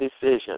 decision